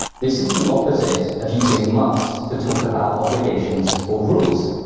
this is the opposite of using must to talk about obligations or rules,